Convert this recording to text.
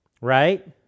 right